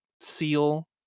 seal